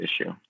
issue